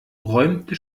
räumte